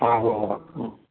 ആ ഊവ്വ് ഊവ്വ് ഉം